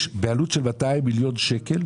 בעלות של כ-200 מיליון ₪,